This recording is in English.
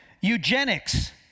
Eugenics